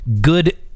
good